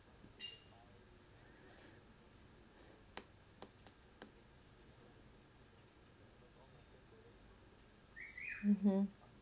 mmhmm